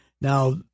now